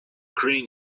green